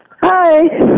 Hi